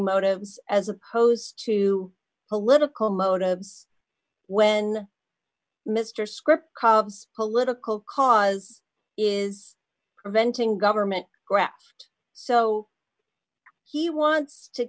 motives as opposed to political motives when mr script cobbs political cause is preventing government graft so he wants to